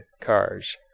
cars